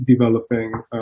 developing